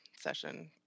session